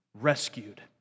rescued